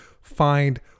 find